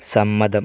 സമ്മതം